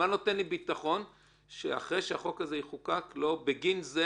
מה נותן לי ביטחון שאחרי שהחוק הזה יחוקק בגין זה